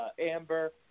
Amber